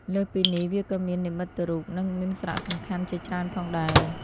លើសពីនេះវាក៏មាននិមិត្តរូបនិងមានសារៈសំខាន់ជាច្រើនផងដែរ។